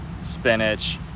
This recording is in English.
spinach